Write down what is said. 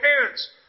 parents